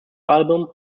album